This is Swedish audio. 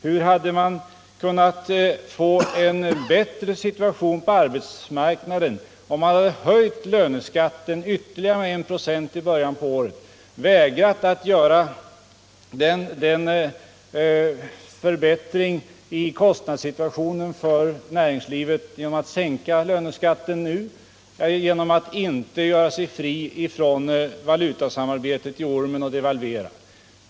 Hur hade man kunnat få en bättre situation på arbetsmarknaden, om man hade höjt löneskatten med ytterligare en procent i början av året, vägrat att förbättra kostnadssituationen för näringslivet som vi nu gör genom att sänka löneskatten, och om man inte gjort sig fri från valutasamarbetet i ormen och devalverat?